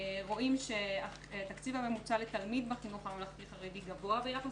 רואים שהתקציב הממוצע לתלמיד בחינוך הממלכתי-חרדי גבוה ביחס